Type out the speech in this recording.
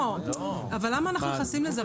לא, אבל למה אנחנו נכנסים לזה?